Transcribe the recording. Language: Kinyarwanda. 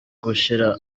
gushira